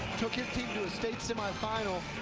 took his team to the state semi final.